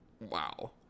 Wow